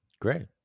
Great